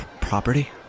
Property